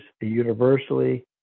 universally